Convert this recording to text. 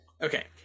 Okay